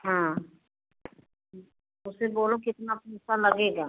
हाँ उससे बोलो कि इतना पैसा लगेगा